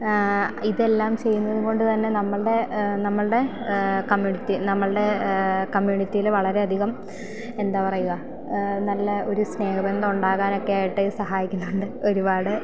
ഇതെല്ലാം ചെയ്യുന്നത് കൊണ്ട് തന്നെ നമ്മളുടെ നമ്മളുടെ കമ്മ്യൂണിറ്റി നമ്മളുടെ കമ്മ്യൂണിറ്റിയിൽ വളരെ അധികം എന്താണ് പറയുക നല്ല ഒരു സ്നേഹബന്ധം ഉണ്ടാക്കാനൊക്കെ ആയിട്ട് സഹായിക്കുന്നുണ്ട് ഒരുപാട്